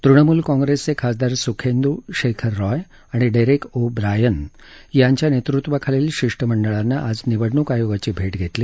तृणमृल काँग्रेसचे खासदार सुखेंदू शेखर रॉय आणि डेरेक ओ ब्रायन यांच्या नेतृत्वाखालील शिष्टमंडळाने आज निवडणूक आयोगाची भेट घेतली